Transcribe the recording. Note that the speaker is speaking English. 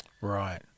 Right